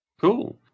Cool